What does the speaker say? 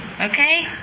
okay